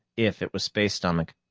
if it was space-stomach.